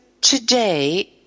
today